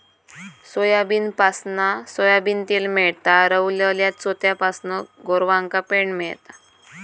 सोयाबीनपासना सोयाबीन तेल मेळता, रवलल्या चोथ्यापासना गोरवांका पेंड मेळता